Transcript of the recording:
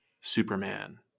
Superman